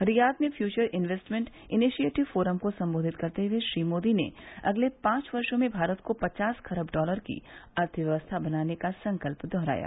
Riyadh में future investment initiative forum को सम्बोधित करते हुए श्री मोदी ने अगले पांच वर्षो में भारत को पचास खरब डॉलर की अर्थव्यक्था बनाने का संकल्प दोहराया